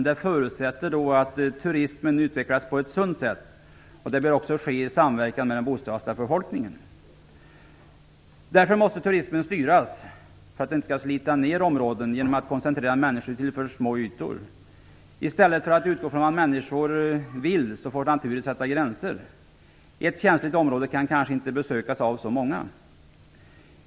Det förutsätter dock att turismen utvecklas på ett sunt sätt och att det sker i samverkan med bofast befolkning. Turismen måste därför styras för att inte slita ner områden genom att människor koncentreras till för små ytor. I stället för att utgå från vad människor vill får naturen sätta gränser. Ett känsligt område kan kanske inte besökas av så många.